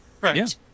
Right